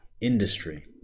industry